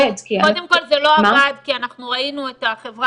קודם כל זה לא עבד כי אנחנו ראינו את החברה